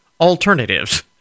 alternatives